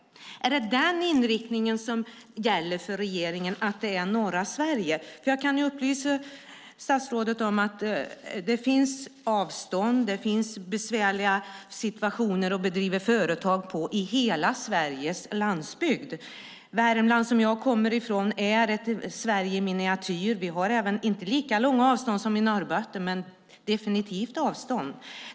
Är det den inriktningen som gäller för regeringen, att det är norra Sverige? Jag kan upplysa statsrådet om att det finns avstånd och besvärliga situationer för företagare på hela Sveriges landsbygd. Värmland, som jag kommer från, är ett Sverige i miniatyr. Vi har inte lika långa avstånd som i Norrbotten, men definitivt avstånd.